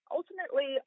Ultimately